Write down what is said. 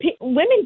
women